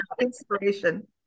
inspiration